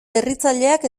berritzaileak